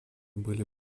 были